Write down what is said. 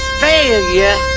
failure